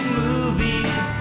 movies